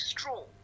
Straw